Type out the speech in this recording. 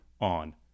on